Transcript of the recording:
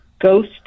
ghost